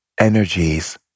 energies